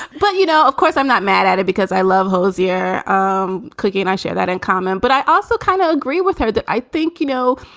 but you know, of course i'm not mad at it because i love hozier um cookie and i share that in common but i also kind of agree with her that i think, you know,